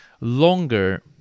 longer